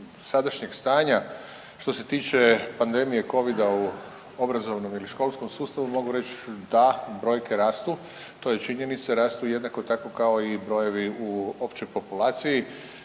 sadašnjeg stanja što se tiče pandemije covida u obrazovnom i školskom sustavu mogu reći da brojke rastu, to je činjenica. Rastu jednako tako kao i brojevi u općoj populaciji.